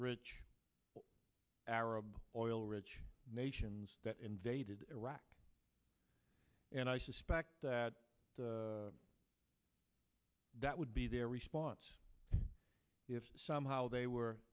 rich arab oil rich nations that invaded iraq and i suspect that that would be their response if somehow they were